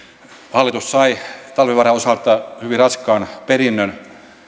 hallitus sai talvivaaran osalta hyvin raskaan perinnön